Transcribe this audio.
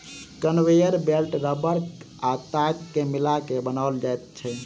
conveyor belt रबड़ आ ताग के मिला के बनाओल जाइत छै